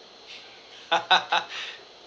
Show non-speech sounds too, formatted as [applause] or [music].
[laughs] [breath]